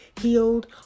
healed